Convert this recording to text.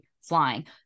flying